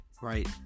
right